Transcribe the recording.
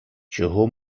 чого